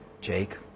Jake